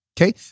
Okay